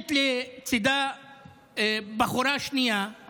עומדת לצידה בחורה שנייה,